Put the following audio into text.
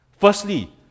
Firstly